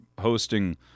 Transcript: hosting